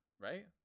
right